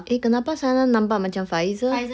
eh kenapa saya nampak macam Pfizer